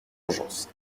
urgence